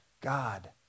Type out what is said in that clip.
God